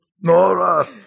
Nora